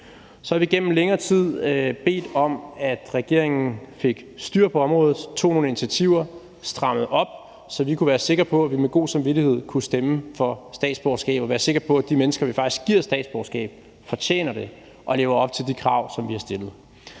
Så har vi igennem længere tid bedt om, at regeringen fik styr på området, tog nogle initiativer, strammede op, så vi kunne være sikre på, at vi med god samvittighed kunne stemme for statsborgerskabet og være sikre på, at de mennesker, vi faktisk giver statsborgerskab, fortjener det og lever op til de krav, vi har stillet.